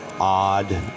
odd